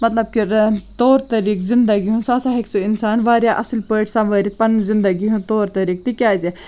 مطلب کہِ رَ طور طریٖٮقہٕ زندگی ہُنٛد سُہ ہسا ہیٚکہِ سُہ اِنسان واریاہ اصٕل پٲٹھۍ سَوٲرِتھ پَنٕنۍ زندگی ہُنٛد طور طریٖقہٕ تِکیٛازِ